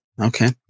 okay